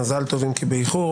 מזל טוב אם כי באיחור.